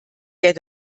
der